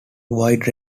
wide